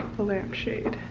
the lampshade.